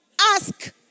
ask